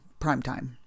primetime